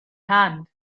hand